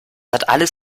alles